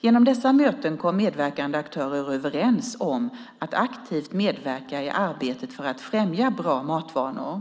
Genom dessa möten kom medverkande aktörer överens om att aktivt medverka i arbetet för att främja bra matvanor.